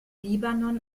libanon